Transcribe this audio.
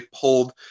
pulled